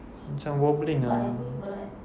macam wobbling ah